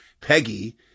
Peggy